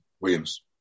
Williams